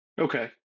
Okay